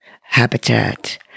habitat